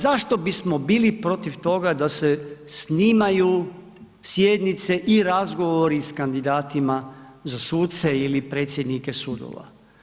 Zašto bismo bili protiv toga da se snimaju sjednice i razgovori sa kandidatima za suce ili predsjednike sudova?